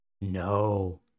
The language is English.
No